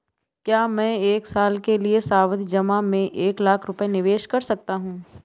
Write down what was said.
क्या मैं एक साल के लिए सावधि जमा में एक लाख रुपये निवेश कर सकता हूँ?